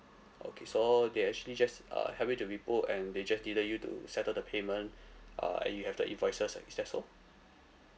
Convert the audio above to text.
okay so they actually just uh help you to rebook and they just they let you to settle the payment uh and you have the invoices and is that so